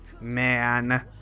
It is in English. Man